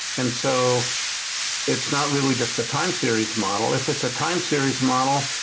and so it's not really just a time series model. if it's a time series model,